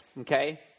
okay